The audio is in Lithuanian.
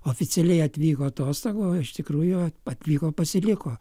oficialiai atvyko atostogų o iš tikrųjų atvyko pasiliko